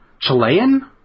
Chilean